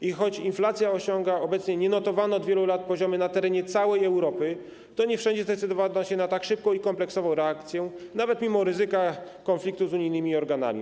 I choć inflacja osiąga obecnie nienotowane od wielu lat poziomy na terenie całej Europy, to nie wszędzie zdecydowano się na tak szybką i kompleksową reakcję, nawet mimo ryzyka konfliktu z unijnymi organami.